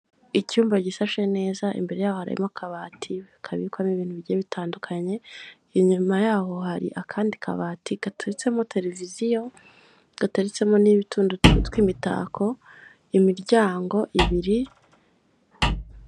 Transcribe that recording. Icyumba gisashe neza imbere yaho harimo akabati kabikwamo ibintu bigiye bitandukanye; inyuma yaho hari akandi kabati gateretsemo televiziyo, gateretsemo n'utundi tuntu tw'imitako, imiryango ibiri